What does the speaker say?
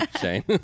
Shane